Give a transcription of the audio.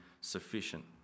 sufficient